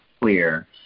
clear